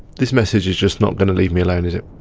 this message is just not gonna leave me alone is it?